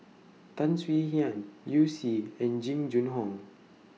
Tan Swie Hian Liu Si and Jing Jun Hong